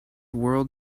world